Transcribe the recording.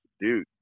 dude